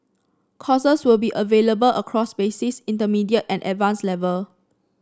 courses will be available across basic intermediate and advanced level